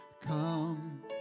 come